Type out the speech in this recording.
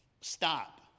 stop